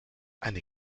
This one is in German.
eine